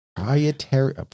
proprietary